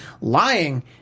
lying